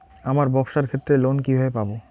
আমার ব্যবসার ক্ষেত্রে লোন কিভাবে পাব?